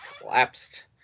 collapsed